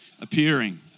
appearing